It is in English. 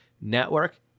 network